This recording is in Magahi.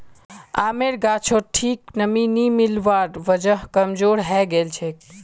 आमेर गाछोत ठीक नमीं नी मिलवार वजह कमजोर हैं गेलछेक